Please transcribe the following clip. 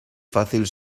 fácil